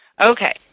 Okay